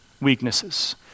weaknesses